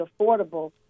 affordable